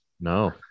No